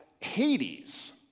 Hades